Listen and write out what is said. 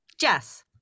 Jess